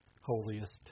holiest